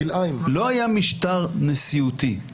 לא היה משטר נשיאותי.